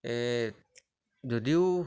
এই যদিও